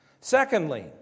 Secondly